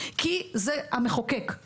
כי זה המחוקק,